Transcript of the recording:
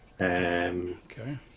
Okay